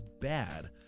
bad